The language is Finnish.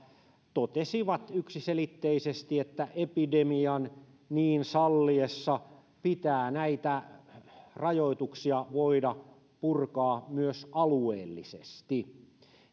totesivat yksiselitteisesti että epidemian niin salliessa pitää näitä rajoituksia voida purkaa myös alueellisesti